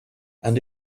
and